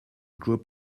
group